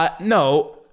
No